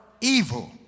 evil